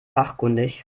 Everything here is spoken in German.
fachkundig